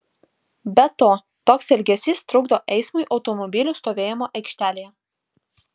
be to toks elgesys trukdo eismui automobilių stovėjimo aikštelėje